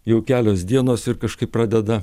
jau kelios dienos ir kažkaip pradeda